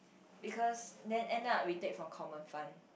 because then end up we take from common fund